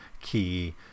key